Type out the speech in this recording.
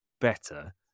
better